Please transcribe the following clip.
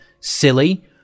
silly